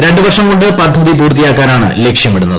രണ്ട് വർഷം കൊണ്ട് പദ്ധതി പൂർത്തിയാക്കാനാണ് ലക്ഷ്യമിടുന്നത്